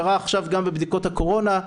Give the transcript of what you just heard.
זה קרה עכשיו גם בבדיקות הקורונה,